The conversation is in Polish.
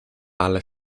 ale